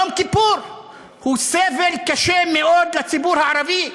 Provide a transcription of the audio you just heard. יום כיפור הוא סבל קשה מאוד לציבור הערבי,